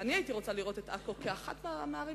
ואני הייתי רוצה לראות את עכו כאחת הערים